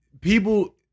people